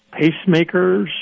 pacemakers